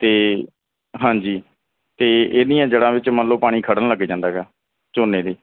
ਅਤੇ ਹਾਂਜੀ ਅਤੇ ਇਹਦੀਆਂ ਜੜ੍ਹਾਂ ਵਿੱਚ ਮੰਨ ਲਉ ਪਾਣੀ ਖੜ੍ਹਨ ਲੱਗ ਜਾਂਦਾ ਹੈਗਾ ਝੋਨੇ ਦੇ